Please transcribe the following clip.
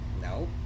No